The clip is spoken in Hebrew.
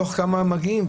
מתוך כמה מגיעים?